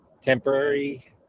temporary